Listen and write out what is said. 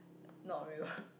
not real